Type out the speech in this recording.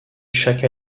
chaque